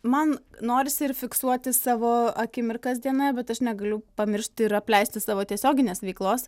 man norisi ir fiksuoti savo akimirkas dienoje bet aš negaliu pamiršti ir apleisti savo tiesioginės veiklos